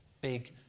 big